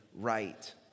right